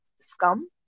scum